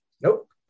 Nope